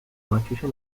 maciusia